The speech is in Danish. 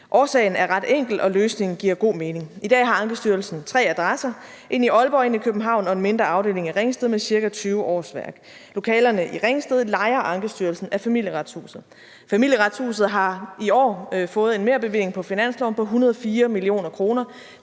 årsagen er ret enkel, og løsningen giver god mening. I dag har Ankestyrelsen tre adresser: en i Aalborg, en i København og en mindre afdeling i Ringsted med ca. 20 årsværk. Lokalerne i Ringsted lejer Ankestyrelsen af Familieretshuset. Familieretshuset har i år fået en merbevilling på finansloven på 104 mio. kr.